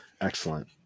Excellent